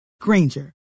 Granger